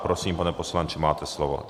Prosím, pane poslanče, máte slovo.